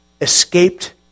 escaped